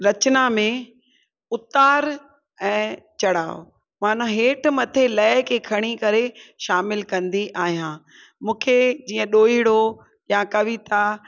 रचिना में उतार ऐं चढ़ाव माना हेठि मथे लय खे खणी करे शामिलु कंदी आहियां मूंखे जीअं ॾोहीड़ो यां कविता